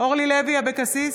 אורלי לוי אבקסיס,